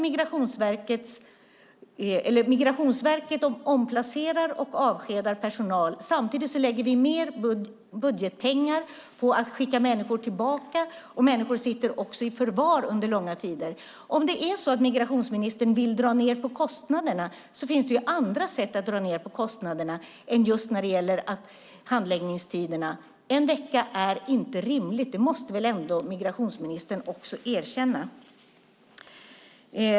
Migrationsverket omplacerar och avskedar personal samtidigt som vi lägger mer budgetpengar på att skicka människor tillbaka. Människor sitter också i förvar under långa tider. Om det är så att migrationsministern vill dra ned på kostnaderna finns det ju andra sätt att göra det än när det gäller just handläggningstiderna. En vecka är inte rimligt. Det måste väl ändå migrationsministern också erkänna.